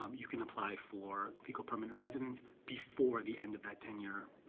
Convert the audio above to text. um you can apply for legal permanent residence before the end of that ten year